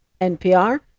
NPR